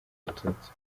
abatutsi